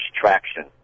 traction